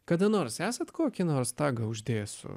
kada nors esat kokį nors tagą uždėsiu